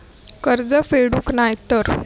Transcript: कर्ज फेडूक नाय तर?